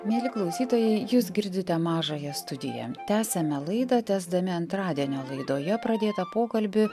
mieli klausytojai jūs girdite mažąją studiją tęsiame laidą tęsdami antradienio laidoje pradėtą pokalbį